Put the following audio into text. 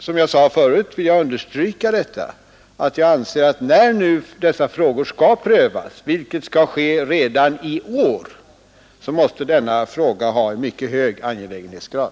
Som jag sade förut vill jag understryka, att när trafiksäkerhetsfrågorna skall prövas redan i år, måste denna fråga ha en mycket hög angelägenhetsgrad.